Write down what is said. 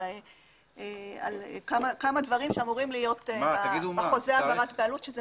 על כמה דברים אמורים להיות בחוזה העברת בעלות.